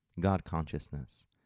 God-consciousness